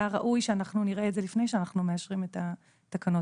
ראוי שאנחנו נראה את זה לפני שאנחנו מאשרים את התקנות,